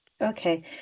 Okay